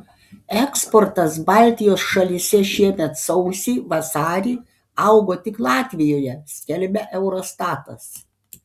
eksportas baltijos šalyse šiemet sausį vasarį augo tik latvijoje skelbia eurostatas